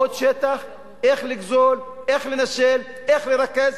עוד שטח, איך לגזול, איך לנשל, איך לרכז.